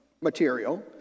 material